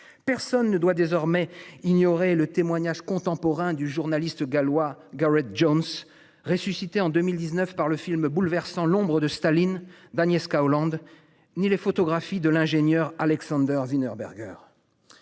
Personne ne doit désormais ignorer le témoignage. Contemporain du journaliste gallois Gareth Jones ressuscité en 2019 par le film bouleversant l'ombre de Staline Agnès cas Hollande ni les photographies de l'ingénieur Alexander une heure Berger.